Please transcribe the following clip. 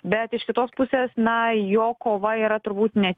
bet iš kitos pusės na jo kova yra turbūt ne